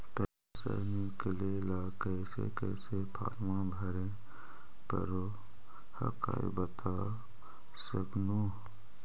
पैसा निकले ला कैसे कैसे फॉर्मा भरे परो हकाई बता सकनुह?